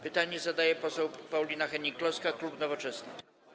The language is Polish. Pytanie zadaje poseł Paulina Hennig-Kloska, klub Nowoczesna.